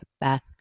back